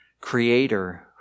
creator